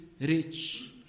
rich